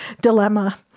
dilemma